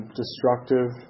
destructive